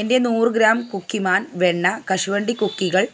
എന്റെ നൂറ് gram cookie man വെണ്ണ കശുവണ്ടി കുക്കികൾ